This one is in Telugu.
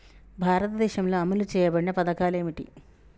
భారతదేశంలో అమలు చేయబడిన పథకాలు ఏమిటి?